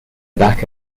back